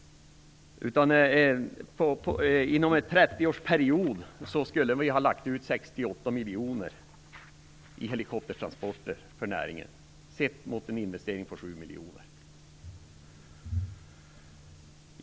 Inom en 30 årsperiod skulle vi ha lagt ut 68 miljoner i helikoptertransporter för näringen, och det skall ställas mot en investering på 7 miljoner.